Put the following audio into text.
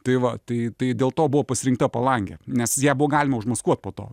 tai va tai tai dėl to buvo pasirinkta palangė nes ją buvo galima užmaskuot po to